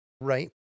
Right